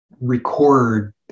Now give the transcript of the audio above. record